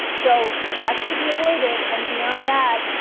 so that's to be avoided. and beyond that,